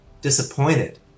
disappointed